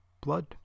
blood